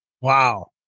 Wow